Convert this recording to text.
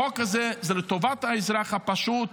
החוק הזה הוא לטובת האזרח הפשוט,